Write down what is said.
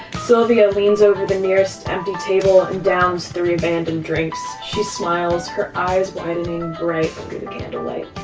sylvia leans over the nearest empty table and downs three abandoned drinks. she smiles, her eyes widening, bright under the candlelight.